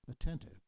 attentive